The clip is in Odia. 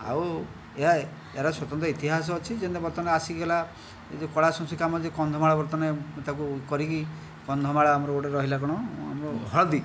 ଆଉ ଏହା ଏହାର ସ୍ଵତନ୍ତ୍ର ଇତିହାସ ଅଛି ଯେମିତି ବର୍ତ୍ତମାନ ଆସିକି ହେଲା ଏ ଯେଉଁ କଳା ସଂସ୍କୃତି କାମ ଯେଉଁ କନ୍ଧମାଳ ବର୍ତ୍ତମାନ ତାକୁ କରିକି କନ୍ଧମାଳ ଆମର ଗୋଟିଏ ରହିଲା କ'ଣ ଆମର ହଳଦୀ